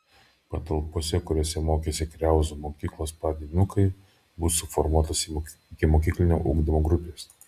patalpose kuriose mokėsi kriauzų mokyklos pradinukai bus suformuotos ikimokyklinio ugdymo grupės